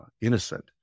innocent